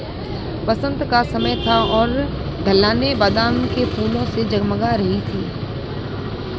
बसंत का समय था और ढलानें बादाम के फूलों से जगमगा रही थीं